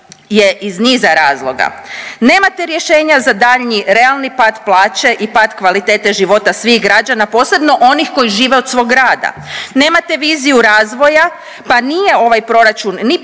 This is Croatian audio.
je iz niza razloga.